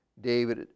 David